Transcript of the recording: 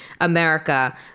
America